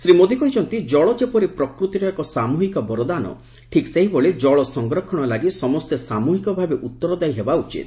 ଶ୍ରୀ ମୋଦୀ କହିଛନ୍ତି ଜଳ ଯେପରି ପ୍ରକୃତିର ଏକ ସାମ୍ବହିକ ବରଦାନ ଠିକ୍ ସେହିଭଳି ଜଳସଂରକ୍ଷଣ ଲାଗି ସମସ୍ତେ ସାମ୍ବହିକ ଭାବେ ଉତ୍ତରଦାୟୀ ହେବା ଉଚିତ